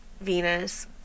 Venus